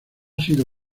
sido